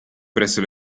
presso